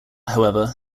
however